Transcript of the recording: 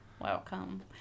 Welcome